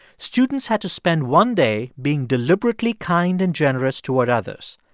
students had to spend one day being deliberately kind and generous toward others.